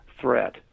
threat